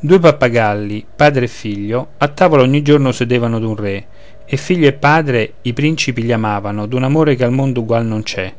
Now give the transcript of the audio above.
due pappagalli padre e figlio a tavola ogni giorno sedevano d'un re e figlio e padre i principi li amavano d'un amore che al mondo ugual non c'è